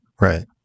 Right